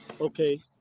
okay